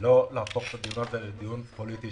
לא להפוך את הדיון הזה לדיון פוליטי,